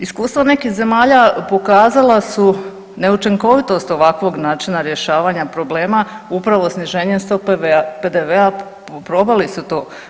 Iskustvo nekih zemalja pokazala su neučinkovitost ovakvog načina rješavanja problema upravo sniženjem stope PDV-a, probali su to.